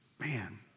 man